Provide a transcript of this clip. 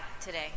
today